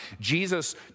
Jesus